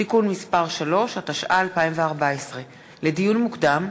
(תיקון מס' 3), התשע"ה 2014. לדיון מוקדם: